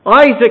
Isaac